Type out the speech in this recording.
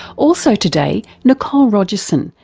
also today, nicole rogerson,